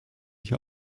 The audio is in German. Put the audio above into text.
hier